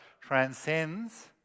transcends